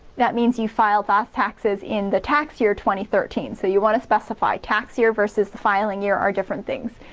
that means you filed last taxes in the tax year twenty thirteen, so you want to specify tax year versus the filing year are different things.